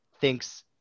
thinks –